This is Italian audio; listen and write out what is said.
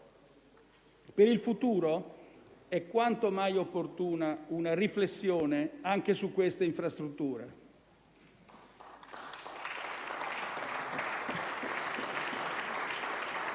Per il futuro è quanto mai opportuna una riflessione anche su queste infrastrutture.